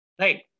right